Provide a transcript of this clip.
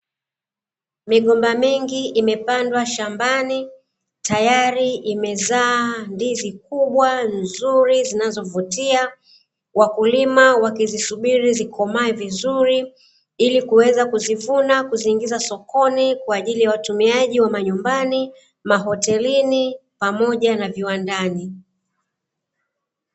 Migomba mingi imepandwa shambani, tayari imezaa ndizi kubwa nzuri zinazovutia, wakulima wakizisubiri zikomae vizuri, ili kuweza kuzivuna kuziingiza sokoni, kwa ajili ya watumiaji wa majumbani, mahotelini, pamoja na viwandani.